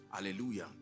Hallelujah